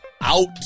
out